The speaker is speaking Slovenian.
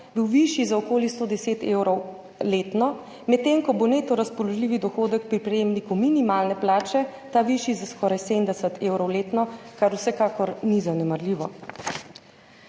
višji za okoli 110 evrov letno, medtem ko bo neto razpoložljivi dohodek pri prejemniku minimalne plače višji za skoraj 70 evrov letno, kar vsekakor ni zanemarljivo.